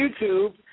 YouTube